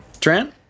Trent